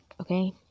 okay